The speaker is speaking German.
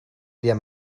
wir